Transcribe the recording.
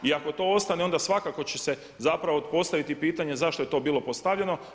I ako to ostane onda svakako će se zapravo postaviti pitanje zašto je to bilo postavljeno.